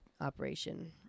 operation